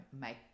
make